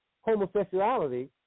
homosexuality